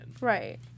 right